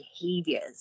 behaviors